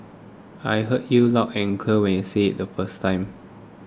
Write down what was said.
I heard you loud and clear when you said it the first time